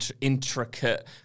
intricate